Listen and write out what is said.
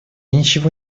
ничего